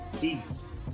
Peace